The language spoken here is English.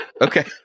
Okay